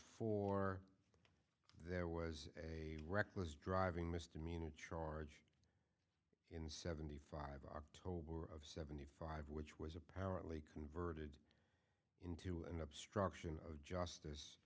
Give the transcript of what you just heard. four there was a reckless driving mr mean a charge in seventy five october of seventy five which was apparently converted into an obstruction of justice